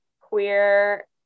queer